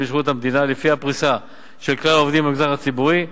בשירות המדינה לפי הפריסה של כלל העובדים במגזר הציבורי.